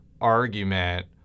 argument